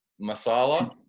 Masala